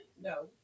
No